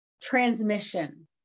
transmission